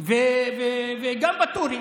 גם ואטורי